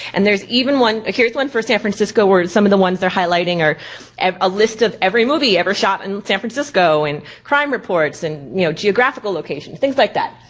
and there's even one, ah here's one for san francisco where and some of the ones they're highlighting are a ah list of every movie ever shot in san francisco. and crime reports and you know, geographical locations, things like that.